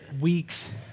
weeks